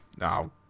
no